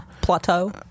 Plateau